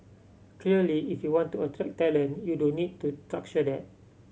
clearly if you want to attract talent you do need to structure that